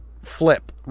Flip